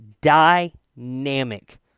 dynamic